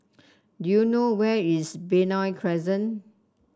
do you know where is Benoi Crescent